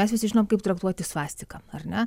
mes visi žinome kaip traktuoti svastiką ar ne